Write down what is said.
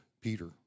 Peter